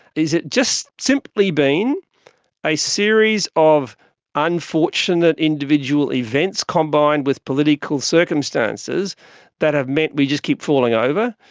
is it just simply been a series of unfortunate individual events combined with political circumstances that have meant we just keep falling over?